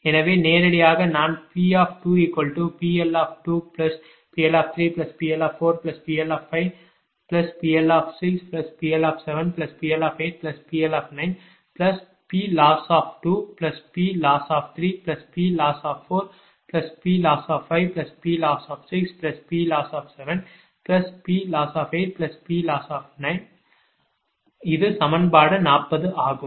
எனவே நேரடியாக நான் P2PL2PL3PL4PL5PL6PL7PL8PL9Ploss2Ploss3Ploss4Ploss இது சமன்பாடு 40 ஆகும்